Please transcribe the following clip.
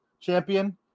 champion